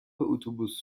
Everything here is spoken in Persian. اتوبوس